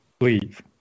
leave